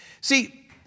See